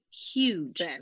huge